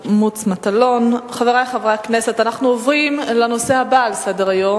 וכאשר ראש הממשלה מבלה את זמנו בתמרונים ובתרגילים בשיטה של לסדר את